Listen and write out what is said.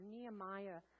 Nehemiah